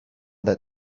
that